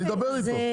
אני אדבר איתו.